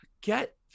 get